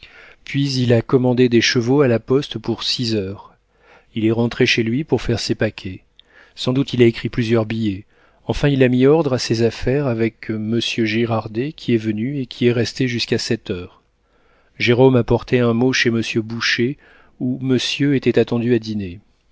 puis il a commandé des chevaux à la poste pour six heures il est rentré chez lui pour faire ses paquets sans doute il a écrit plusieurs billets enfin il a mis ordre à ses affaires avec monsieur girardet qui est venu et qui est resté jusqu'à sept heures jérôme a porté un mot chez monsieur boucher où monsieur était attendu à dîner